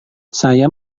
saya